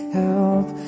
help